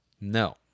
No